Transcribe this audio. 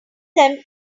them